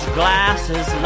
glasses